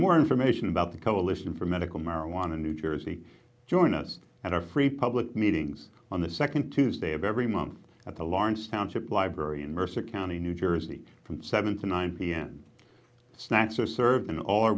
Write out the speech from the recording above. more information about the coalition for medical marijuana new jersey join us and our free public meetings on the second tuesday of every month at the lawrence township library in mercer county new jersey from seven to nine p m snacks are served